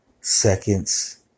seconds